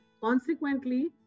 Consequently